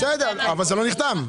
אבל זה לא נחתם.